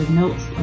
notes